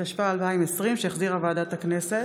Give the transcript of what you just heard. התשפ"א 2020, שהחזירה ועדת הכנסת.